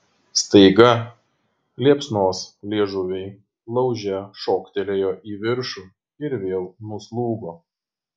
staiga liepsnos liežuviai lauže šoktelėjo į viršų ir vėl nuslūgo